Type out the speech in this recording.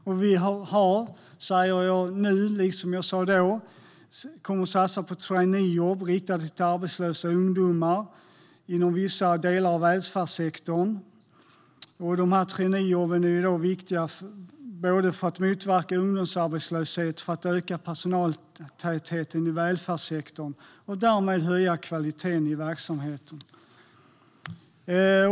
Och jag säger nu som jag sa tidigare att vi kommer att satsa på traineejobb riktade till arbetslösa ungdomar inom vissa delar av välfärdssektorn. Traineejobben är viktiga både för att motverka ungdomsarbetslöshet och för att öka personaltätheten i välfärdssektorn och därmed höja kvaliteten i verksamheten.